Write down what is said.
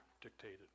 dictated